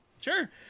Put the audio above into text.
Sure